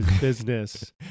business